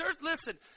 listen